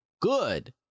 good